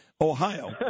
Ohio